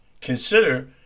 Consider